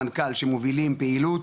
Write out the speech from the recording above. מנכ"ל שמובילים פעילות,